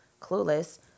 clueless